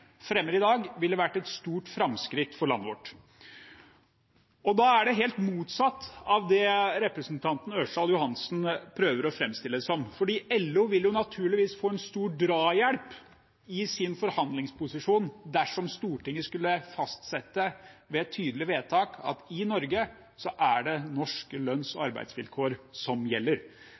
helt motsatt av det representanten Ørsal Johansen prøver å framstille det som. For LO vil naturligvis få en stor drahjelp i sin forhandlingsposisjon dersom Stortinget skulle fastsette ved tydelig vedtak at i Norge er det norske lønns- og arbeidsvilkår som gjelder.